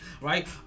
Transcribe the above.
right